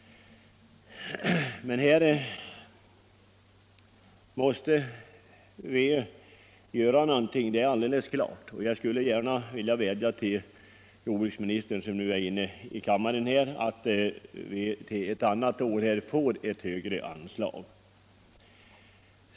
Men vi måste göra någonting — det är alldeles klart — och jag skulle vilja vädja till jordbruksministern som nu är inne i kammaren att vi till ett annat år får ett högre anslag till försöksverksamheten.